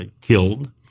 killed